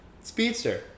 speedster